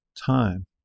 time